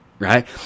Right